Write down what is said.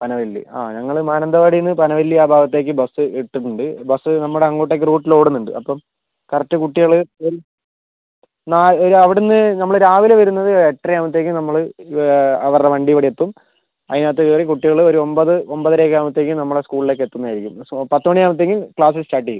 പനവല്ലി അതെ ഞങ്ങൾ മാനന്തവാടി പനവല്ലി ആ ഭാഗത്തേക്ക് ബസ് ഇട്ടിട്ടുണ്ട് ബസ് നമ്മുടെ അങ്ങോട്ടേക്ക് റൂട്ടിൽ ഓടുന്നുണ്ട് അപ്പം കറക്റ്റ് കുട്ടികൾ കേറി അവിടുന്ന് നമ്മള് രാവിലെ വരുന്നത് എട്ടര ആകുമ്പോഴത്തേക്കും നമ്മള് അവരുടെ വണ്ടി ഇവിടെ എത്തും അതിനകത്ത് കേറി കുട്ടികള് ഒരു ഒൻപത് ഒൻപതര ഒക്കെ ആകുമ്പോഴത്തേക്കും നമ്മുടെ സ്കൂളിലേക്ക് എത്തുന്നതായിരിക്കും പത്ത് മണിയാകുമ്പോഴത്തേക്കും ക്ലാസ് സ്റ്റാർട്ട് ചെയ്യും